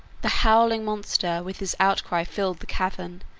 the howling monster with his outcry filled the cavern,